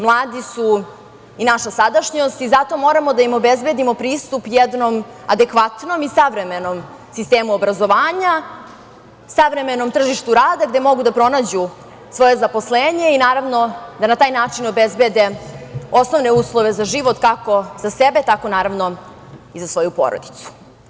Mladi su i naša sadašnjost i zato moramo da im obezbedimo pristup jednom adekvatnom i savremenom sistemu obrazovanja, savremenom tržištu rada gde mogu da pronađu svoje zaposlenje i naravno na taj način obezbede osnovne uslove za život kako za sebe, tako naravno, i za svoju porodicu.